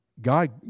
God